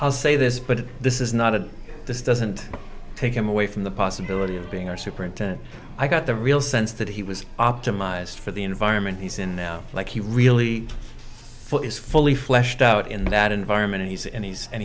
i'll say this but this is not a this doesn't take him away from the possibility of being our superintendent i got the real sense that he was optimized for the environment he's in now like he really is fully fleshed out in that environment and he's and he's and